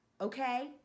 okay